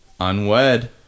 Unwed